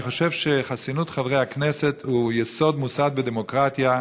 אני חושב שחסינות חברי הכנסת היא יסוד מוסד בדמוקרטיה,